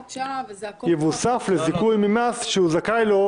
ייווסף לזיכוי שהוא זכאי לו,